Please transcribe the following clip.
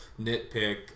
nitpick